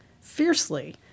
fiercely